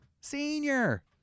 Senior